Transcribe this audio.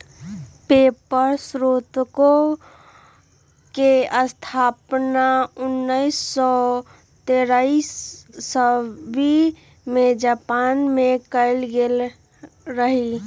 paper स्रोतके स्थापना उनइस सौ तेरासी इस्बी में जापान मे कएल गेल रहइ